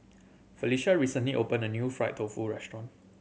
Felisha recently opened a new fried tofu restaurant